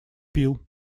пил